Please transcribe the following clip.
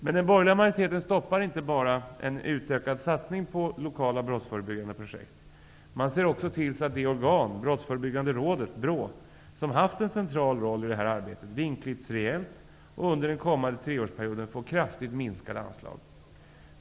Den borgerliga majoriteten stoppar inte bara en utökad satsning på lokala brottsförebyggande projekt, utan man ser också till så att det organ, Brottsförebyggande rådet, BRÅ, som har haft en central roll i det här arbetet vingklipps rejält och under den kommande treårsperioden får kraftigt minskade anslag.